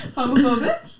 Homophobic